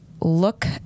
look